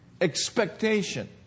Expectation